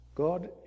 God